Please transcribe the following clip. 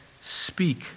Speak